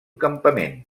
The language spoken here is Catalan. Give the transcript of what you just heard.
campament